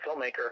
filmmaker